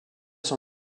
son